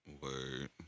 Word